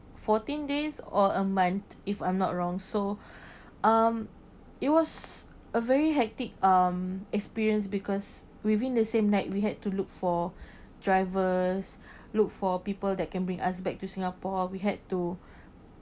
fourteen days or a month if I'm not wrong so um it was a very hectic um experience because within the same night we had to look for drivers look for people that can bring us back to singapore we had to